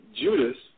Judas